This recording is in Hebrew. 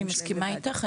אני מסכימה איתך,